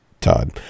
Todd